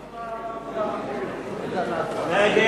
ההצעה להסיר מסדר-היום את